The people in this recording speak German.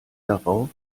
darauf